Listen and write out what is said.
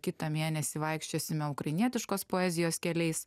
kitą mėnesį vaikščiosime ukrainietiškos poezijos keliais